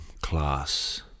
class